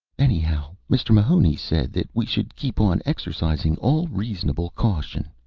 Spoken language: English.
anyhow, mr. mahoney said that we should keep on exercising all reasonable caution